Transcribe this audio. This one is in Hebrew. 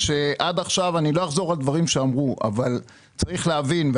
אני לא אחזור על דברים שאמרו אבל צריך להבין.